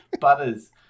butters